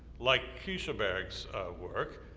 like kreischberg's works,